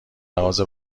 لحاظ